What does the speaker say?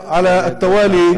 עמיתי ועמיתותי חברי הכנסת,